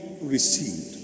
received